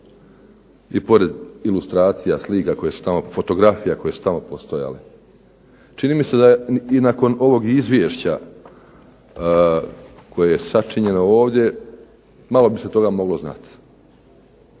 koje su tamo, fotografija koje su tamo postojale. Čini mi se da i nakon ovog izvješća koje je sačinjeno ovdje malo bi se toga moglo znati.